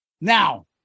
now